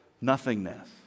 nothingness